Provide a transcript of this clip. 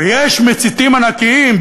ויש מציתים ענקיים,